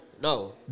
no